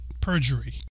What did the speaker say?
perjury